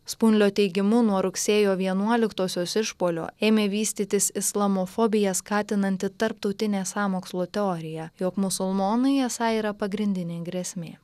spunlio teigimu nuo rugsėjo vienuoliktosios išpuolio ėmė vystytis islamofobiją skatinanti tarptautinė sąmokslo teorija jog musulmonai esą yra pagrindinė grėsmė